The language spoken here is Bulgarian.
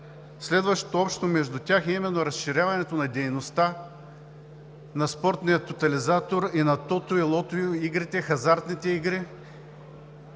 Следващото общо между тях е именно разширяването на дейността на Спортния тотализатор, на тото и лото игрите, на хазартните игри.